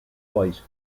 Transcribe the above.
white